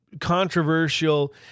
controversial